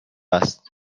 است